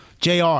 JR